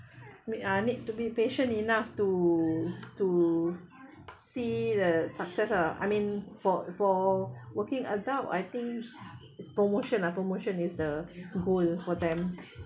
mean I need to be patient enough to to see the success lah I mean for for working adult I think it's promotion lah promotion is the goal for them